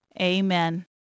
Amen